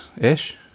ish